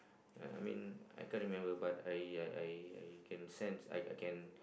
ya I mean I can't remember but I I I can sense I I can